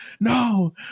no